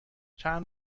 چند